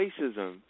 racism